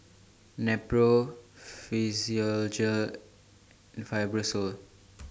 Nepro Physiogel and Fibrosol